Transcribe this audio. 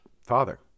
father